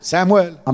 Samuel